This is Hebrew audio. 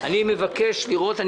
אני מבקש לראות מה קורה עם זה.